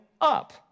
up